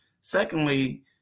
Secondly